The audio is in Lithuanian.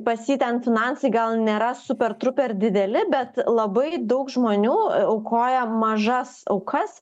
pas jį ten finansai gal nėra super truper dideli bet labai daug žmonių aukoja mažas aukas